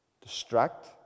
Distract